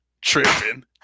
tripping